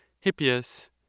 Hippias